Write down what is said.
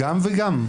גם וגם.